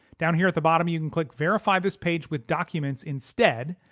down here at the bottom you can click, verify this page with documents instead,